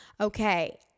Okay